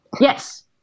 Yes